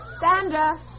Sandra